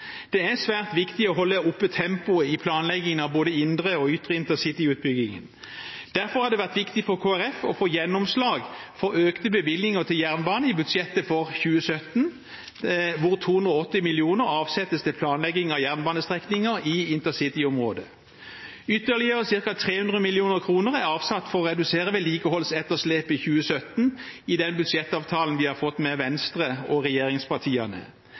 Det er svært viktig å holde oppe tempoet i planleggingen av både indre og ytre intercityutbygging. Derfor har det vært viktig for Kristelig Folkeparti å få gjennomslag for økte bevilgninger til jernbane i budsjettet for 2017, hvor 280 mill. kr avsettes til planlegging av jernbanestrekninger i intercityområdet. I den budsjettavtalen vi har fått med Venstre og regjeringspartiene, er ytterligere ca. 300 mill. kr avsatt for å redusere vedlikeholdsetterslepet i 2017.